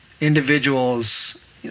individuals